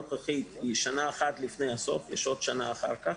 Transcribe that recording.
היא שנה אחת לפני הסוף, יש עוד שנה אחר כך.